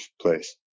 place